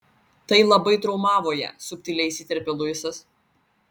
tai labai traumavo ją subtiliai įsiterpia luisas